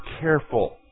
careful